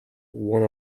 one